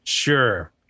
Sure